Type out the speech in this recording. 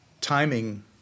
timing